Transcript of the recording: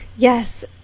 Yes